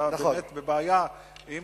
אתה באמת בבעיה עם